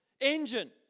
engine